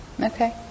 Okay